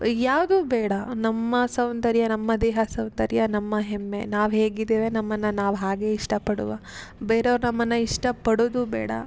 ಯಾವುದೂ ಬೇಡ ನಮ್ಮ ಸೌಂದರ್ಯ ನಮ್ಮ ದೇಹ ಸೌಂದರ್ಯ ನಮ್ಮ ಹೆಮ್ಮೆ ನಾವು ಹೇಗಿದ್ದೇವೆ ನಮ್ಮನ್ನು ನಾವು ಹಾಗೆ ಇಷ್ಟ ಪಡುವ ಬೇರೆಯವ್ರು ನಮ್ಮನ್ನು ಇಷ್ಟ ಪಡುದು ಬೇಡ